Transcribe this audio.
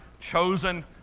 chosen